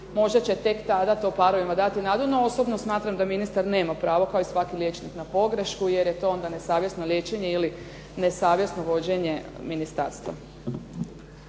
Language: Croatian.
možda će tek tada to dati parovima nadu. No, osobno smatram da ministar nema pravo kao i svaki liječnik na pogrešku, jer je to onda nesavjesno liječenje ili nesavjesno vođenje ministarstva.